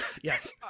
Yes